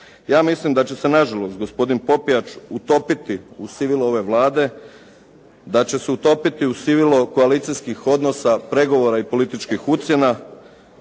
Ja mislim da će se na žalost gospodin Popijač utopiti u sivilu ove Vlade, da će se utopiti u sivilo koalicijskih odnosa, pregovora i političkih ucjena